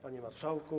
Panie Marszałku!